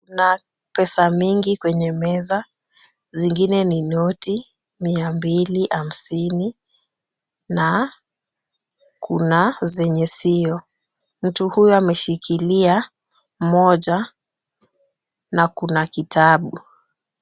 Kuna pesa mingi kwenye meza zingine ni noti mia mbili na hamsini na kuna zenye sio. Mtu huyo ameshikilia moja na kuna kitabu .